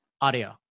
audio